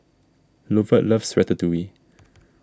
Lovett loves Ratatouille